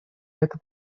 это